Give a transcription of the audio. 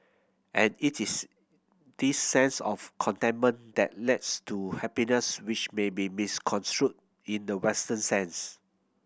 and it is this sense of contentment that to happiness which may be misconstrued in the Western sense